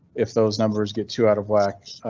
if those numbers get two out of wack,